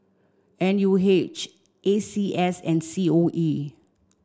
N U H A C S and C O E